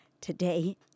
today